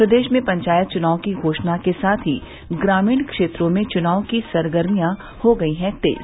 प्रदेश में पंचायत चुनाव के घोषणा के साथ ही ग्रामीण क्षेत्रों में चुनाव की सरगर्मिया हो गयी हैं तेज